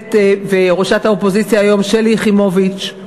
הכנסת וראשת האופוזיציה היום שלי יחימוביץ,